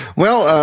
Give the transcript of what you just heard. well,